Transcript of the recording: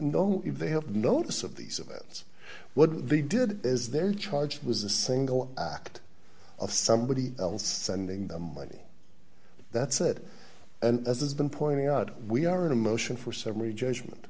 know if they have notice of these events what they did is their charge was a single act of somebody else sending them money that's it and as it's been pointing out we are in a motion for summary judgment